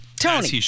Tony